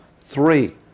Three